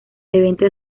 evento